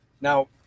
Now